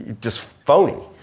just phony.